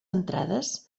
entrades